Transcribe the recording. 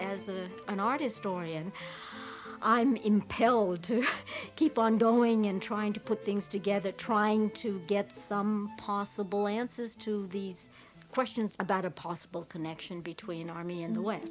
to an artist story and i'm impelled to keep on going in trying to put things together trying to get some possible answers to these questions about a possible connection between army and the w